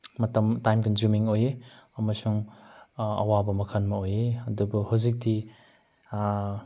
ꯃꯇꯝ ꯇꯥꯏꯝ ꯀꯟꯖꯨꯃꯤꯡ ꯑꯣꯏꯌꯦ ꯑꯃꯁꯨꯡ ꯑꯋꯥꯕ ꯃꯈꯜ ꯑꯃ ꯑꯣꯏꯌꯦ ꯑꯗꯨꯕꯨ ꯍꯧꯖꯤꯛꯇꯤ